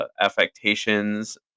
affectations